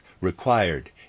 required